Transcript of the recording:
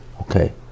Okay